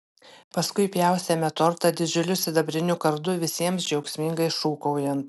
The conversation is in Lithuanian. paskui pjaustėme tortą didžiuliu sidabriniu kardu visiems džiaugsmingai šūkaujant